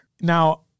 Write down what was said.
Now